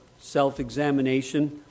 self-examination